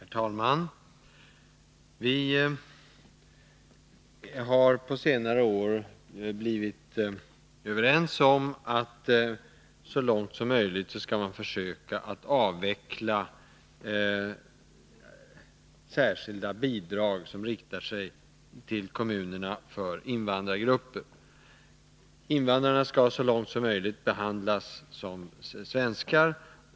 Herr talman! Vi har på senare år blivit överens om att så långt som möjligt försöka avveckla särskilda bidrag till kommunerna för invandrare. Invandrarna skall så långt som möjligt behandlas som svenskar.